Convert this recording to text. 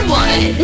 one